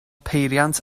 peiriant